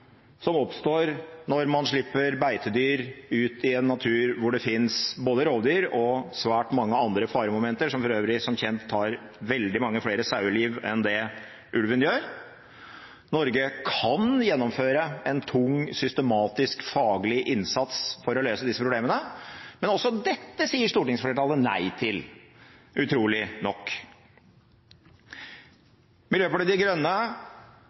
som oppstår når man slipper beitedyr ut i en natur hvor det finnes både rovdyr og svært mange andre faremomenter, som før øvrig som kjent tar veldig mange flere saueliv enn det ulven gjør. Norge kan gjennomføre en tung systematisk, faglig innsats for å løse disse problemene, men også dette sier stortingsflertallet nei til, utrolig nok. Miljøpartiet De Grønne